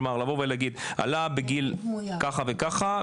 כלומר לבוא להגיד עלה בגיל ככה וככה,